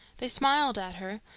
they smiled at her,